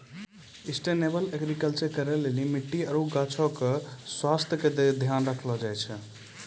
sustainable agriculture करै लेली मट्टी आरु गाछो के स्वास्थ्य के ध्यान राखलो जाय छै